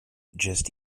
just